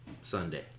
Sunday